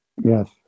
Yes